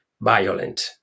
violent